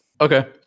Okay